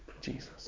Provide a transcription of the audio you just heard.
Jesus